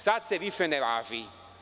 Sada se više ne važi.